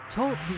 Talk